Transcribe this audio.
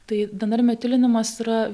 tai dnr metilinimas yra